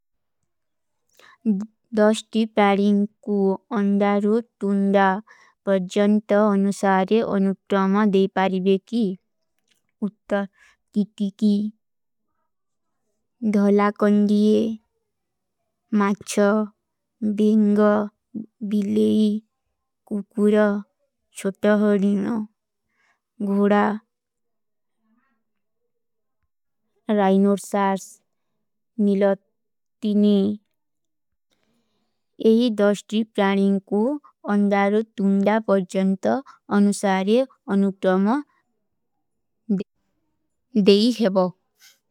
ଦସ୍ତି ପାରିଂଗ କୂ ଅନ୍ଦାରୋ ତୁନ୍ଦା ପର ଜନ୍ତ ଅନୁସାରେ ଅନୁତ୍ତମା ଦେପାରୀ ବେକୀ। ଉତ୍ତଃ କିତିକୀ, ଧଲା କଂଦିଯେ, ମାଚ୍ଛା, ବିଂଗା, ବିଲେଈ, କୂପୁରା, ଶୌତା ହରିନା, ଘୁଡା, ରାଇନୋର ସାର୍ସ, ନିଲତ, ତିନୀ। ଏହୀ ଦସ୍ତି ପାରିଂଗ କୂ ଅନ୍ଦାରୋ ତୁନ୍ଦା ପର ଜନ୍ତ ଅନୁସାରେ ଅନୁତ୍ତମା ଦେଈ ହୈ ବାଵ।